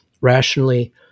rationally